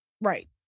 Right